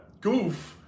goof